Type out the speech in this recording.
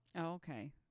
okay